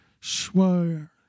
swear